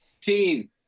Teen